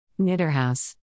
Knitterhouse